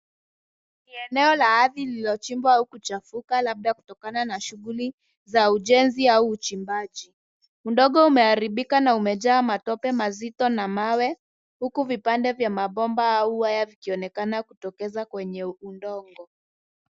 Ni eneo la ardhi lililochimbwa au kuchafuka labda kutokana na shughuli za ujenzi au uchimbaji. Udongo umeharibika na umejaa matope mazito na mawe huku vipande vya mabomba au waya vikionekana kutokeza kwenye udongo.